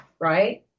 Right